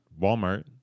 Walmart